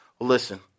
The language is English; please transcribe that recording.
Listen